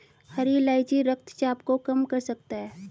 हरी इलायची रक्तचाप को कम कर सकता है